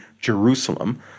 Jerusalem